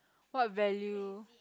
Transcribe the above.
what value